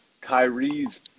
Kyrie's